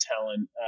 talent